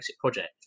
project